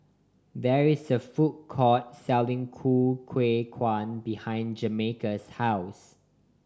there is a food court selling ku behind Jamarcus' house